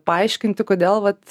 paaiškinti kodėl vat